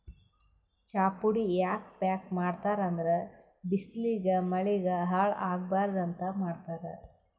ಚಾಪುಡಿ ಯಾಕ್ ಪ್ಯಾಕ್ ಮಾಡ್ತರ್ ಅಂದ್ರ ಬಿಸ್ಲಿಗ್ ಮಳಿಗ್ ಹಾಳ್ ಆಗಬಾರ್ದ್ ಅಂತ್ ಮಾಡ್ತಾರ್